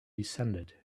descended